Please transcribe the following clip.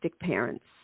parents